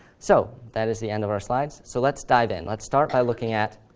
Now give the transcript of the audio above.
so that is the end of our slides. so let's dive in. let's start by looking at.